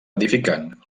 edificant